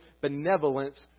benevolence